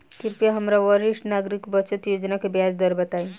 कृपया हमरा वरिष्ठ नागरिक बचत योजना के ब्याज दर बताइं